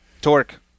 Torque